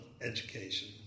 education